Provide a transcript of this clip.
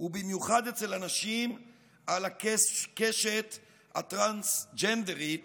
ובמיוחד אצל אנשים על הקשת הטרנסג'נדרית,